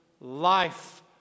life